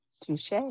Touche